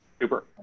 Super